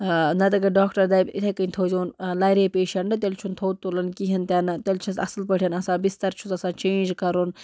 نَتہٕ اگر ڈاکٹَر دَپہِ اِتھے کٔنۍ تھٲے زیون لَرے پیٚشَنٹ تیٚلہِ چھُنہٕ تھوٚد تُلُن کِہیٖنۍ تہِ نہٕ تیٚلہِ چھُس اصل پٲٹھۍ آسان بِستَر چھُس آسان چیٚنج کَرُن